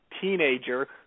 teenager